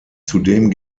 zudem